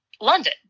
London